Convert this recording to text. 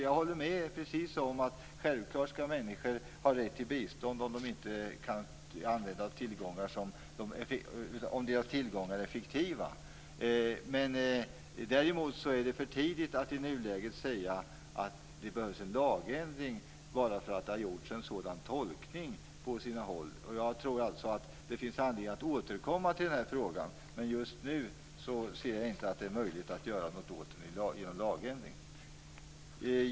Jag håller med om att människor självklart skall ha rätt till bistånd om deras tillgångar är fiktiva. Däremot är det i nuläget för tidigt att säga att det behövs en lagändring bara därför att det har gjorts en sådan tolkning på sina håll. Jag tror att det finns anledning att återkomma till den här frågan, men just nu ser jag inte att det är möjligt att göra något åt den med en lagändring.